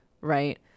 right